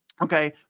Okay